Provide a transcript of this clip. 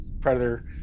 predator